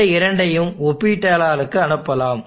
இந்த இரண்டையும் ஒப்பீட்டாளருக்கு அனுப்பலாம்